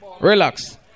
Relax